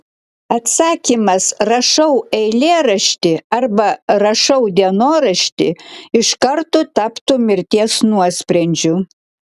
atsakymas rašau eilėraštį arba rašau dienoraštį iš karto taptų mirties nuosprendžiu